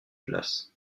place